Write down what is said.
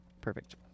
Perfect